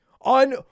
on